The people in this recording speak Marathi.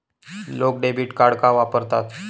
लोक डेबिट कार्ड का वापरतात?